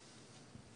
אין.